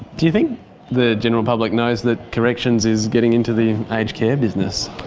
do you think the general public knows that corrections is getting into the aged care business?